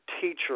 teacher